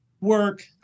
work